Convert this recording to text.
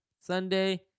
sunday